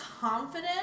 confident